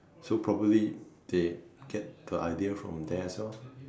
so probably they get the idea from theirs hor